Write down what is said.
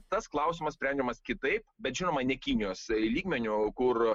tas klausimas sprendžiamas kitaip bet žinoma ne kinijos lygmeniu kur